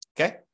Okay